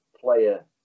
player